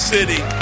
City